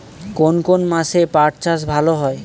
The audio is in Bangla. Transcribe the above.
কোন কোন মাসে পাট চাষ ভালো হয়?